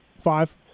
five